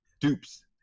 dupes